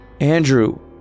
Andrew